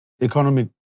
Economic